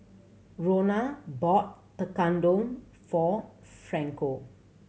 Rona bought Tekkadon for Franco